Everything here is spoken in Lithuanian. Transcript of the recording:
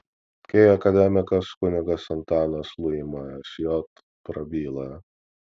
kai akademikas kunigas antanas liuima sj prabyla